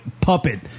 puppet